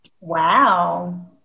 Wow